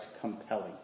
compelling